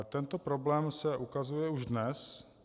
Tento problém se ukazuje už dnes.